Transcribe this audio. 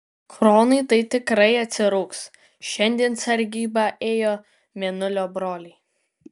kronui tai tikrai atsirūgs šiandien sargybą ėjo mėnulio broliai